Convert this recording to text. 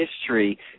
history